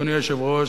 אדוני היושב-ראש,